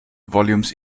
volumes